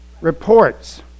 Reports